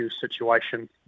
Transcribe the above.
situation